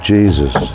Jesus